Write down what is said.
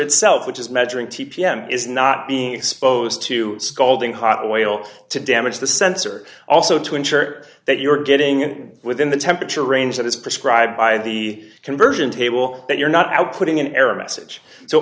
itself which is measuring t p m is not being exposed to scalding hot oil to damage the sensor also to ensure that you're getting within the temperature range that is prescribed by the conversion table that you're not out putting an error message so